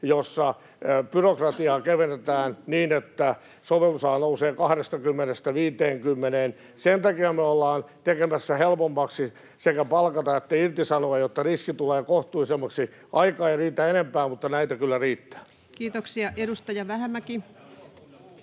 jossa byrokratiaa kevennetään niin, että sovellusala nousee 20:stä 50:een. Sen takia me ollaan tekemässä helpommaksi sekä palkata että irtisanoa, jotta riski tulee kohtuullisemmaksi. — Aika ei riitä enempään, mutta näitä kyllä riittää. [Timo Heinonen: Tätä